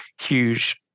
huge